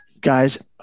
Guys